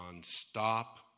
stop